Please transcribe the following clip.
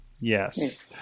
Yes